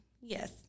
Yes